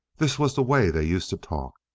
this was the way they used to talk!